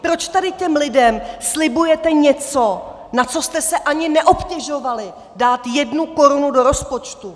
Proč tady těm lidem slibujete něco, na co jste se ani neobtěžovali dát jednu korunu do rozpočtu?